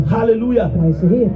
Hallelujah